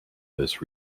this